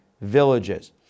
villages